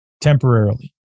temporarily